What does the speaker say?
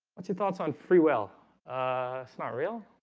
what's your thoughts on free will it's not real